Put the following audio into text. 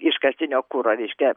iškastinio kuro reiškia